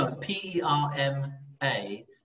P-E-R-M-A